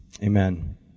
Amen